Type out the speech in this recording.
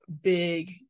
big